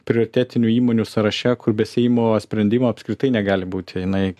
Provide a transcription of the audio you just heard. prioritetinių įmonių sąraše kur be seimo sprendimo apskritai negali būti jinai